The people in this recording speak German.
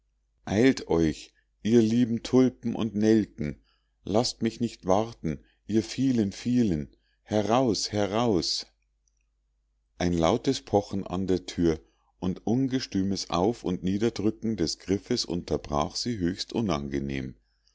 eilt euch ihr lieben tulpen und nelken laßt mich nicht warten ihr vielen vielen heraus heraus ein lautes pochen an der thür und ungestümes auf und niederdrücken des griffes unterbrach sie höchst unangenehm